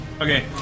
Okay